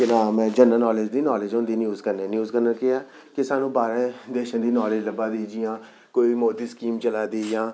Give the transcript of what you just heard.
केह् नाम ऐ जरनल नॉलेज दी नॉलेज होंदी न्यूज़ कन्नै न्यूज़ कन्नै केह् ऐ कि सानूं बाह्रें देशें दी नॉलेज लब्भा दी जि'यां कोई मोदी स्कीम चला दी जां